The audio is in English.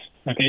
Okay